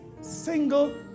single